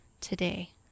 today